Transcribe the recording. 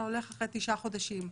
אתה הולך אחרי תשעה חודשים,